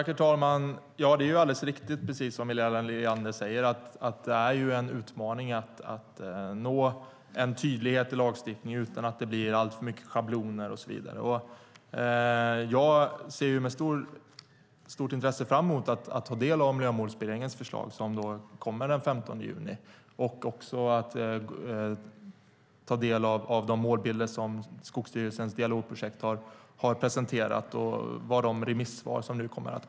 Herr talman! Det är alldeles riktigt som Helena Leander säger att det är en utmaning att nå en tydlighet i lagstiftningen utan att det blir alltför mycket schabloner och så vidare. Jag ser med stort intresse fram emot att ta del av Miljömålsberedningens förslag som kommer den 15 juni och också att ta del av de målbilder Skogsstyrelsens dialogprojekt har presenterat och vad som står i de remissvar som kommer in.